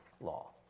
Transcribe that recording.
law